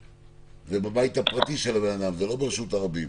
זה בבית הפרטי של הבן אדם, זה לא ברשות הרבים.